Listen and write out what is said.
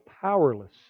powerless